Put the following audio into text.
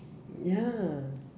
ya